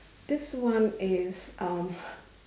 this one is um